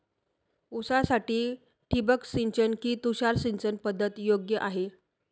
ऊसासाठी ठिबक सिंचन कि तुषार सिंचन पद्धत योग्य आहे?